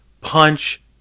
punch